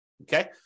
okay